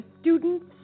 Students